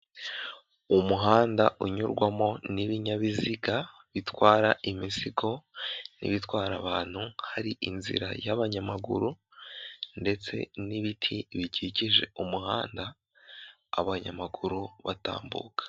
Umuhanda unyurwamo n'ibinyabiziga bitwara imizigo n'ibitwara abantu hari inzira y'abanyamaguru ndetse n'ibiti bikikije umuhanda, abanyamaguru batambuka.